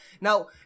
Now